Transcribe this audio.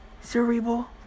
cerebral